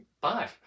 bye